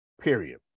period